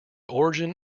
origin